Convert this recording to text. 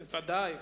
ודאי.